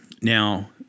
Now –